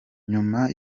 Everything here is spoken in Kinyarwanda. nyuma